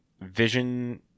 vision